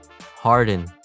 Harden